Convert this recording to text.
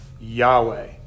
Yahweh